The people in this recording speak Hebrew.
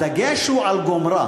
אבל הדגש הוא על "גומרה".